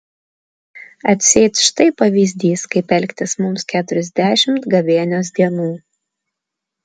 atseit štai pavyzdys kaip elgtis mums keturiasdešimt gavėnios dienų